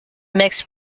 mix